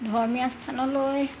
ধৰ্মীয় স্থানলৈ